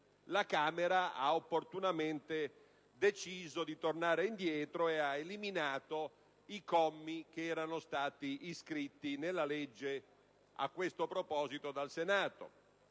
La Camera ha invece opportunamente deciso di tornare indietro ed ha eliminato i commi che erano stati inseriti a questo proposito dal Senato.